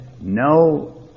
No